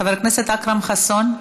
חבר הכנסת אכרם חסון,